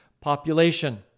population